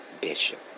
Bishop